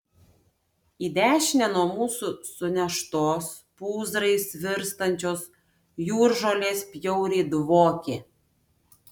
į dešinę nuo mūsų suneštos pūzrais virstančios jūržolės bjauriai dvokė